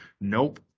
Nope